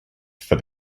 for